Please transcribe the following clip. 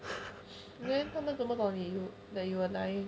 then 他们怎么懂你 like you lie